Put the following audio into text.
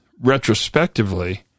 retrospectively